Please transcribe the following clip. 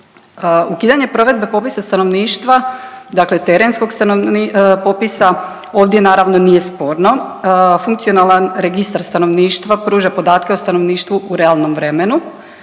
Ukidanje provedbe popisa stanovništva, dakle terenskog popisa ovdje naravno nije sporno. Funkcionalan registar stanovništva pruža podatke o stanovništvu u realnom vremenu.